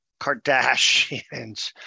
Kardashians